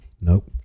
Nope